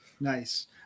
nice